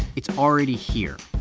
it's already here